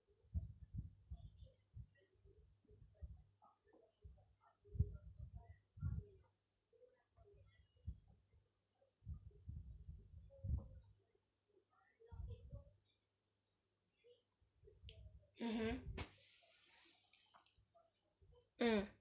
mmhmm mm